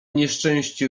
nieszczęście